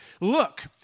Look